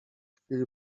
chwili